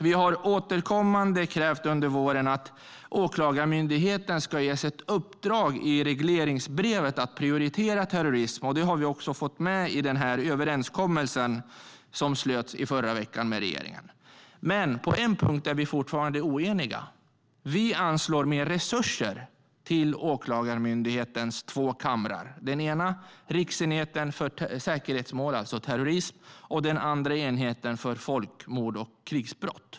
Vi har återkommande under våren krävt att Åklagarmyndigheten ska ges ett uppdrag i regleringsbrevet att prioritera arbetet mot terrorism. Det har vi också fått med i den överenskommelse som slöts i förra veckan med regeringen. På en punkt är vi dock fortfarande oeniga: Vi anslår mer resurser till Åklagarmyndighetens två kamrar. Den ena är riksenheten för säkerhetsmål, alltså terrorism, och den andra är enheten för folkmord och krigsbrott.